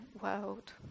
world